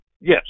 Yes